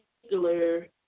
particular